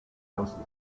houseman